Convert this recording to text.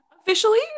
Officially